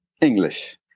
English